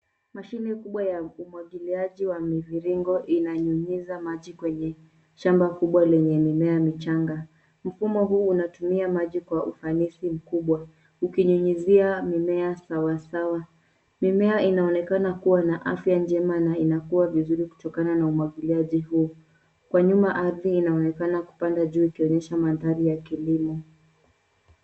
Mashine kubwa ya umwagiliaji wa miviringo inanyunyiza maji kwenye shamba kubwa lenye mimea michanga. Mfumo huu unatumia maji kwa ufanisi mkubwa ukinyunyizia mimea sawasawa. Mimea inaonekana kuwa na afya njema na inakua vizuri kutokana na umwagiliaji huu. Kwa nyuma ardhi inaonekana kupanda juu ikionyesha mandhari ya kilimo.